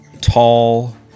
tall